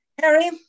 Harry